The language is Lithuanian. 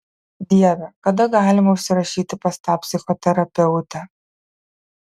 dieve kada galima užsirašyti pas tą psichoterapeutę